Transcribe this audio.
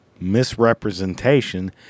misrepresentation